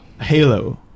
Halo